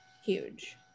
huge